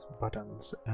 buttons